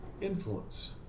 influence